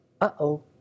Uh-oh